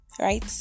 right